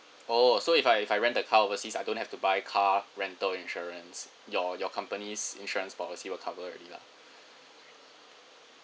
oh so if I if I rent the car overseas I don't have to buy car rental insurance your your company's insurance policy will cover already lah